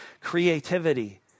creativity